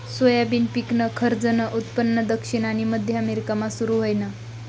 soybean पिकनं खरंजनं उत्पन्न दक्षिण आनी मध्य अमेरिकामा सुरू व्हयनं